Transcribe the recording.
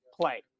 play